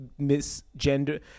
misgender